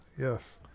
Yes